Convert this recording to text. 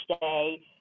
day